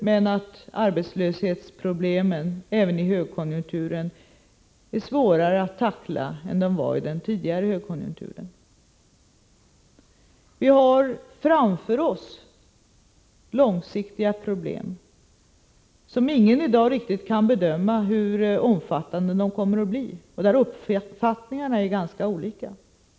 Men vi vet att arbetslöshetsproblemen även i högkonjunkturen blir svårare att tackla än de var i den tidigare högkonjunkturen. Vi har framför oss långsiktiga problem. Ingen kan i dag riktigt bedöma hur omfattande de kommer att bli; uppfattningarna är ganska olika.